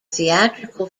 theatrical